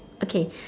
okay